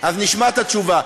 אז נשמע את התשובה,